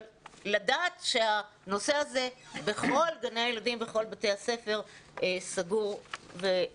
אבל צריך לדעת שהנושא הזה בכל גני הילדים ובכל בתי הספר סגור ומוסכם.